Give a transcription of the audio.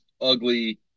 ugly